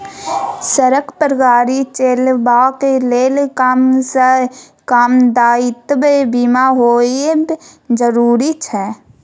सड़क पर गाड़ी चलेबाक लेल कम सँ कम दायित्व बीमा होएब जरुरी छै